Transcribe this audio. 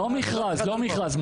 לא מכרז, לא מכרז.